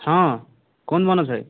ହଁ କୁହନ୍ତୁ ମାନସ ଭାଇ